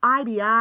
ibi